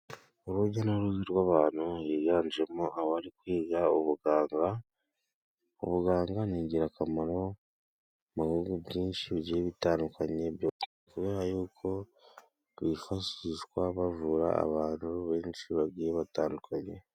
Urujya n'uruza rw'abantu biganjemo abari kwiga ubuganga, ubuganga ni ingirakamaro mu bihugu byinshi bitandukanye kuko byifashishwa bavura abantu benshi bagiye batandukanye.